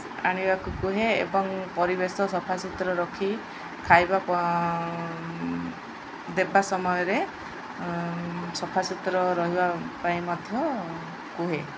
ଆଣିବାକୁ କୁହେ ଏବଂ ପରିବେଶ ସଫାସୁତୁରା ରଖି ଖାଇବା ଦେବା ସମୟରେ ସଫାସୁତୁରା ରହିବା ପାଇଁ ମଧ୍ୟ କୁହେ